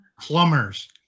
plumbers